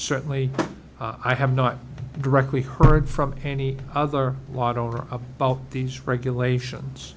certainly i have not directly heard from any other lot over about these regulations